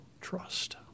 trust